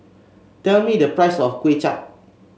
tell me the price of Kuay Chap